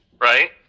right